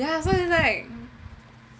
ya so is like